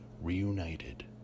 reunited